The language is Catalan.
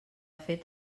fet